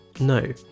No